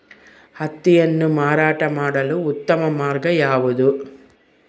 ಹತ್ತಿಯನ್ನು ಮಾರಾಟ ಮಾಡಲು ಉತ್ತಮ ಮಾರ್ಗ ಯಾವುದು?